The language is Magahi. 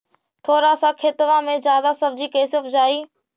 थोड़ा सा खेतबा में जादा सब्ज़ी कैसे उपजाई?